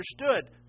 understood